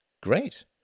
Great